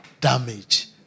damage